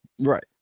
Right